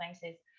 places